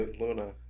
Luna